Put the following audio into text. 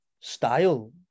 style